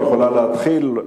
את יכולה להתחיל,